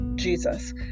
Jesus